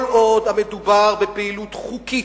כל עוד מדובר בפעילות חוקית,